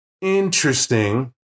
Interesting